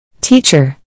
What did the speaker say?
Teacher